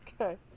Okay